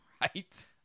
Right